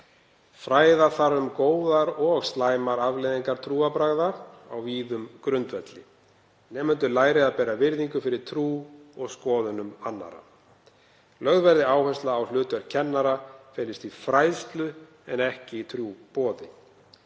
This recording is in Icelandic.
Fræða þarf um góðar og slæmar afleiðingar trúarbragða á víðum grundvelli. Nemendur læri að bera virðingu fyrir trú og skoðunum annarra. Lögð verði áhersla á að hlutverk kennara felist í fræðslu en ekki trúboði.